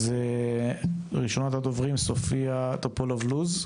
אז ראשונת הדוברים סופיה טופולוב לוז,